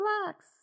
relax